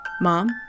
Mom